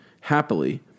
happily